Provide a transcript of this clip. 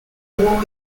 war